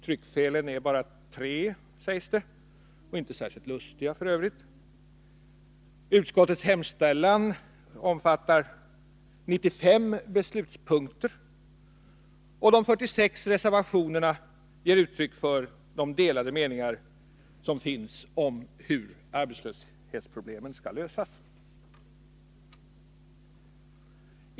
Tryckfelen är bara tre, sägs det, och inte särskilt lustiga f. ö. Utskottets hemställan omfattar 95 beslutspunkter, och de 46 reservationerna ger uttryck för de delade meningar som finns om hur arbetslöshetsproblemet skall lösas.